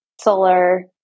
solar